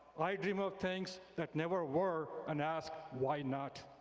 i dream of things that never were, and ask why not?